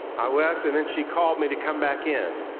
i left and and she called me to come back in.